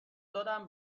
دادم